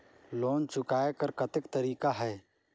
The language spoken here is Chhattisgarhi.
लोन चुकाय कर कतेक तरीका है?